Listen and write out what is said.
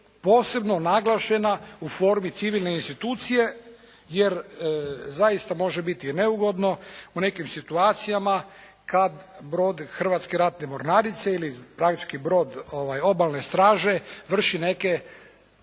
posebno naglašena u formi civilne institucije jer zaista može biti neugodno u nekim situacijama kad brod Hrvatske ratne mornarice ili …/Govornik se ne razumije./… brod Obalne straže vrši neke